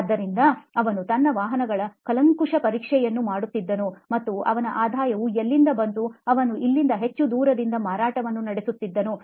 ಆದ್ದುದರಿಂದ ಅವನು ತನ್ನ ವಾಹನಗಳ ಕೂಲಂಕುಷ ಪರೀಕ್ಷೆಯನ್ನು ಮಾಡುತ್ತಿದ್ದನು ಮತ್ತು ಅವನ ಆದಾಯವು ಎಲ್ಲಿಂದ ಬಂತು ಅವನು ಇಲ್ಲಿಂದ ಹೆಚ್ಚು ದೂರದಲ್ಲಿ ಮಾರಾಟವನ್ನು ನಡೆಸುತ್ತಿದ್ದನು